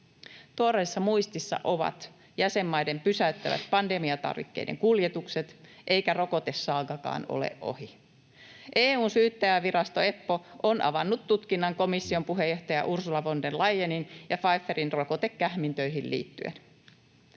Tuoreessa muistissa ovat jäsenmaiden pysäyttävät pandemiatarvikkeiden kuljetukset, eikä rokotesaagakaan ole ohi. EU:n syyttäjävirasto EPPO on avannut tutkinnan komission puheenjohtaja Ursula von der Leyenin ja Pfizerin rokotekähmintöihin liittyen.